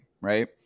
right